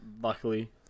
luckily